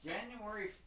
January